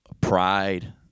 pride